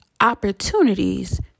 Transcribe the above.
opportunities